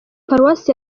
paruwasi